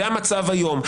זה המצב היום.